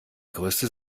größte